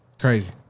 crazy